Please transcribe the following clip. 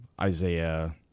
Isaiah